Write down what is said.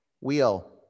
Wheel